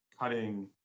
cutting